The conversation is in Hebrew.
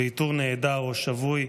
ואיתור נעדר או שבוי,